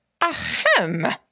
Ahem